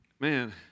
Man